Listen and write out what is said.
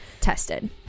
tested